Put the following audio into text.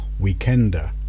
weekender